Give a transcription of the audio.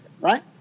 right